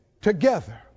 together